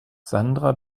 sandra